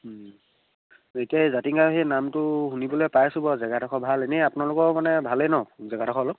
এতিয়া এই জাতিংগা এই নামটো শুনিবলৈ পাইছোঁ বাৰু জেগাডোখৰ ভাল এনেই আপোনালোকৰ মানে ভালেই নহ্ জেগাডোখৰ অলপ